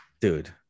Dude